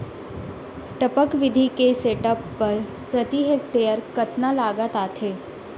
टपक विधि के सेटअप बर प्रति हेक्टेयर कतना लागत आथे?